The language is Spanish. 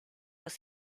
los